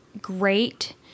great